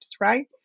right